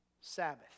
Sabbath